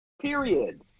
Period